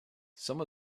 some